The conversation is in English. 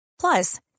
Plus